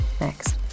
next